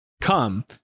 come